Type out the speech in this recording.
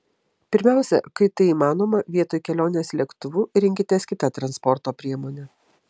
pirmiausia kai tai įmanoma vietoj kelionės lėktuvu rinkitės kitą transporto priemonę